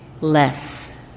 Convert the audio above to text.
less